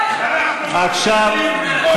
כן, מכלוף מיקי, אנחנו, מאוד.